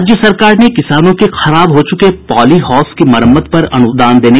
राज्य सरकार किसानों के खराब हो चुके पॉली हाउस की मरम्मत पर अनुदान देगी